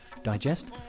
Digest